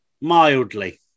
Mildly